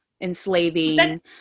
enslaving